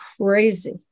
crazy